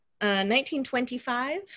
1925